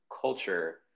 culture